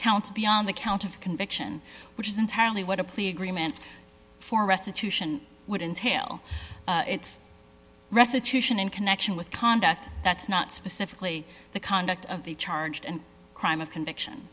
counts beyond the count of conviction which is entirely what a plea agreement for restitution would entail it's restitution in connection with conduct that's not specifically the conduct of the charge and crime of